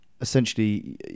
essentially